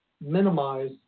minimize